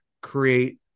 create